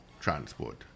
transport